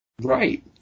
Right